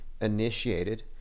initiated